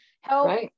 help